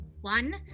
One